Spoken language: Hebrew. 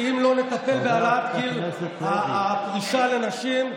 שאם לא נטפל בהעלאת גיל הפרישה לנשים,